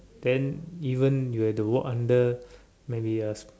then even you have to work under maybe a s~